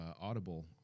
Audible